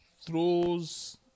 throws